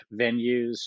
venues